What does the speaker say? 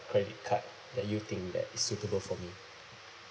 credit card that you think that is suitable for me